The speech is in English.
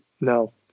no